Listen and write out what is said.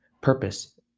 purpose